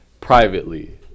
privately